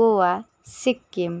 Goa Sikkim